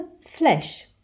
flesh